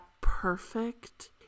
perfect